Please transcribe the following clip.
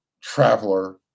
Traveler